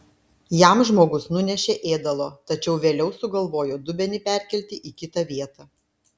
jam žmogus nunešė ėdalo tačiau vėliau sugalvojo dubenį perkelti į kitą vietą